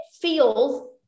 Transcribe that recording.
feels